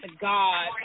God